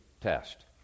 test